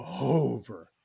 over